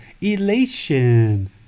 elation